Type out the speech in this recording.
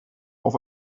auf